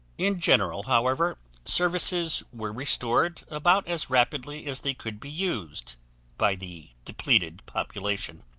in general however services were restored about as rapidly as they could be used by the depleted population.